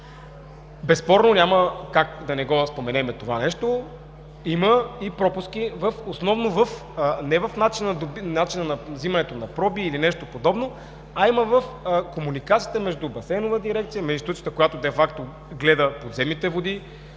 Безспорно, няма как да не го споменем това нещо, има и пропуски основно не в начина на взимането на проби или нещо подобно, а в комуникацията между „Басейнова дирекция“, между институцията, която де факто гледа подземните води,